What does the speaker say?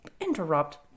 interrupt